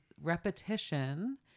repetition